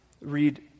read